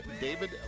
David